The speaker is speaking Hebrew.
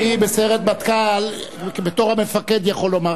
אני בסיירת מטכ"ל, בתור המפקד, יכול לומר.